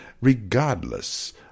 regardless